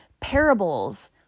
Parables